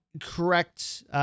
Correct